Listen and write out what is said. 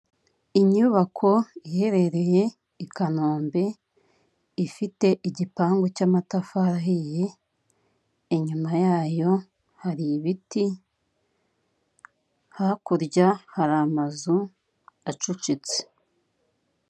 Inyubako iherereye i kanombe ifite igipangu cy'amatafari ahiye inyuma yayo hari ibiti hakurya hari amazu acecetse.